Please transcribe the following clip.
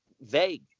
vague